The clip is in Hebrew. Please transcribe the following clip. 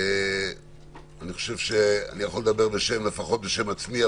אני מדבר בשם עצמי,